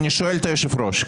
אני שואל את היושב-ראש.